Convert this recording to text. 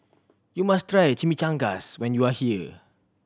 you must try Chimichangas when you are here